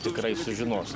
tikrai sužinos